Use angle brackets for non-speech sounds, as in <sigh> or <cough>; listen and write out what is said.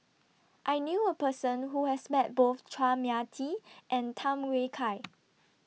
I knew A Person Who has Met Both Chua Mia Tee and Tham Yui Kai <noise>